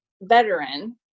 veteran